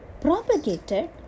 propagated